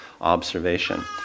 observation